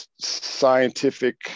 scientific